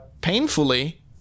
painfully